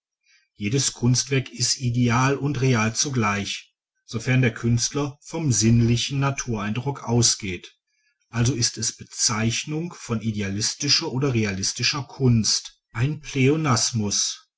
jedes kunstwerk ist ideal und real zugleich insofern der künstler vom sinnlichen natureindruck ausgeht also ist die bezeichnung von idealistischer oder realistischer kunst ein